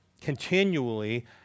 continually